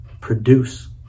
produce